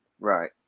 Right